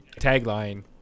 tagline